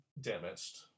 Damaged